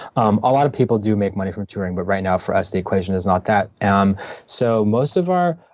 um a lot of people do make money from touring but right now for us the equation is not that. um so most of our,